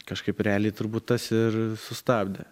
kažkaip realiai turbūt tas ir sustabdė